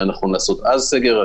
היה נכון לעשות אז סגר.